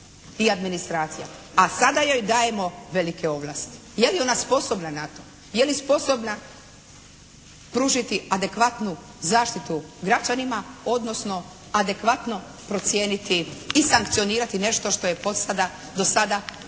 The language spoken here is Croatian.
i administracija, a sada joj dajemo velike ovlasti. Je li ona sposobna na to? Je li sposobna pružiti adekvatnu zaštitu građanima, odnosno adekvatno procijeniti i sankcionirati nešto što je do sada potpadalo